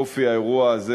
אופי האירוע הזה,